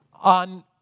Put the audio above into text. on